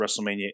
WrestleMania